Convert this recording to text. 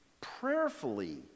prayerfully